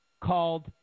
called